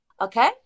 Okay